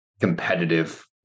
competitive